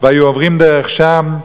והם עברו דרך שם,